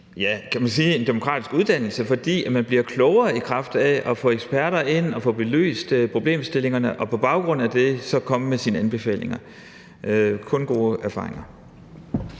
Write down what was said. jo, at det også er en demokratisk uddannelse, fordi man bliver klogere i kraft af at få eksperter ind at belyse problemstillingerne og på baggrund af det komme med sine anbefalinger. Der er kun gode erfaringer.